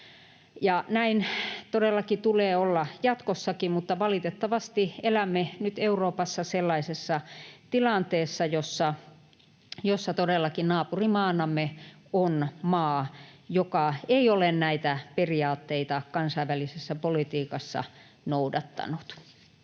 Näin todellakin tulee olla jatkossakin, mutta valitettavasti elämme nyt Euroopassa sellaisessa tilanteessa, jossa todellakin naapurimaanamme on maa, joka ei ole näitä periaatteita kansainvälisessä politiikassa noudattanut.